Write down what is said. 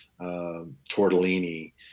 tortellini